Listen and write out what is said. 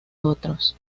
otros